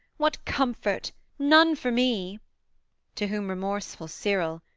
what comfort none for me to whom remorseful cyril,